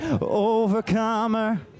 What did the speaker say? overcomer